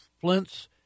Flint's